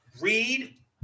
read